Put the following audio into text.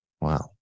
Wow